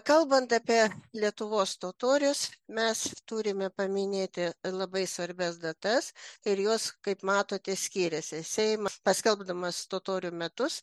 kalbant apie lietuvos totorius mes turime paminėti labai svarbias datas ir jos kaip matote skyriasi seimas paskelbdamas totorių metus